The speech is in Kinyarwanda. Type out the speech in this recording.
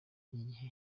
igihe